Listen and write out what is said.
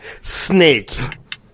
Snake